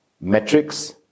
Metrics